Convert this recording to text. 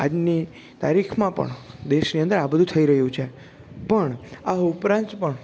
આજની તારીખમાં પણ દેશની અંદર આ બધું થઈ રહ્યું છે પણ આ ઉપરાંત પણ